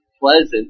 Pleasant